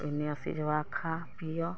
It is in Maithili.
ओहिने असिद्धबा खा पीयऽ